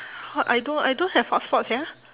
ho~ I don't I don't have hotspot sia